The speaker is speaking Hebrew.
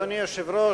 אדוני היושב-ראש,